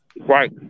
Right